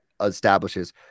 establishes